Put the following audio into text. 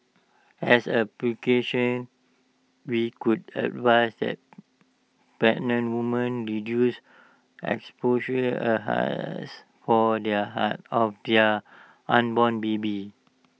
as A precaution we would advise that pregnant women reduce exposure A haze of their unborn baby